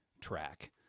track